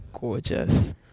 gorgeous